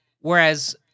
whereas